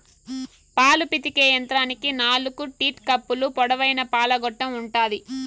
పాలు పితికే యంత్రానికి నాలుకు టీట్ కప్పులు, పొడవైన పాల గొట్టం ఉంటాది